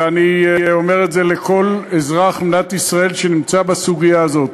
ואני אומר את זה לכל אזרח במדינת ישראל שנמצא בסוגיה הזאת: